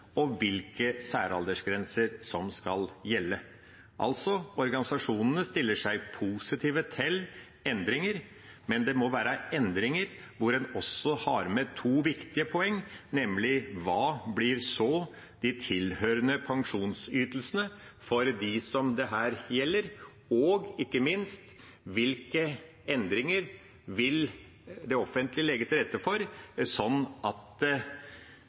og hvilke særaldersgrenser som skal gjelde. Altså: Organisasjonene stiller seg positive til endringer, men det må være endringer hvor en også har med to viktige poeng, nemlig: Hva blir så de tilhørende pensjonsytelsene for dem dette gjelder? Og ikke minst: Hvilke endringer vil det offentlige legge til rette for, sånn at